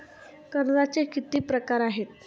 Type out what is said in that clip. कर्जाचे किती प्रकार आहेत?